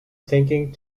thinking